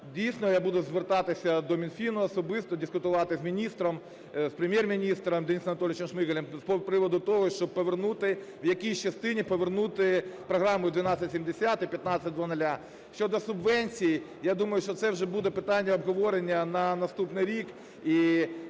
Дійсно, я буду звертатися до Мінфіну особисто, дискутувати з міністром, з Прем’єр-міністром Денисом Анатолійовичем Шмигалем з приводу того, щоб повернути, в якійсь частині повернути програму і 1270, і 1500. Щодо субвенцій, я думаю, що це вже буде питання обговорення на наступний рік